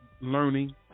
learning